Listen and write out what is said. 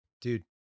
dude